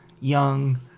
young